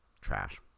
trash